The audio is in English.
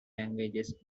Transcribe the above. languages